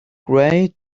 gray